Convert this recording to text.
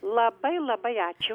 labai labai ačiū